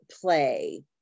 play